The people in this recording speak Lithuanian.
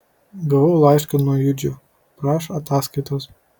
gavau laišką nuo judžio prašo ataskaitos